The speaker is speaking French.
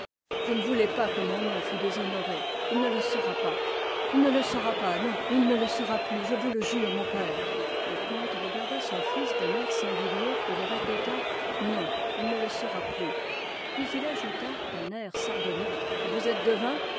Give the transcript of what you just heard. je ne voulais pas que mon nom fût déshonoré il ne le sera pas il ne le sera pas non et il ne le sera plus je vous le jure mon père le comte regarda son fils d'un air singulier et il répéta non il ne le sera plus puis il ajouta d'un air sardonique vous êtes devin